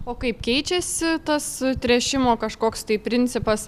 o kaip keičiasi tas tręšimo kažkoks tai principas